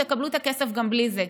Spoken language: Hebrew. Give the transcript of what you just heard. תקבלו את הכסף גם בלי זה.